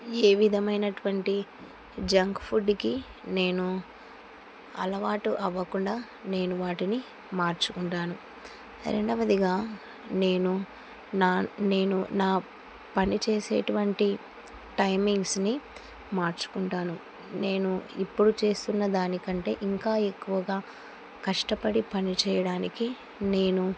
ఏ విధమైనటువంటి జంక్ ఫుడ్కి నేను అలవాటు అవ్వకుండా నేను వాటిని మార్చుకుంటాను రెండవదిగా నేను నా నేను నా పని చేసేటువంటి టైమింగ్స్ని మార్చుకుంటాను నేను ఇప్పుడు చేస్తున్న దానికంటే ఇంకా ఎక్కువగా కష్టపడి పని చేయడానికి నేను